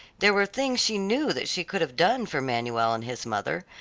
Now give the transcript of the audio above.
there were things she knew that she could have done for manuel and his mother,